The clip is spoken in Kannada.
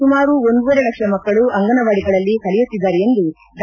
ಸುಮಾರು ಒಂದೂವರೆ ಲಕ್ಷ ಮಕ್ಕಳು ಅಂಗನವಾಡಿಗಳಲ್ಲಿ ಕಲಿಯುತ್ತಿದ್ದಾರೆ ಎಂದು ಡಾ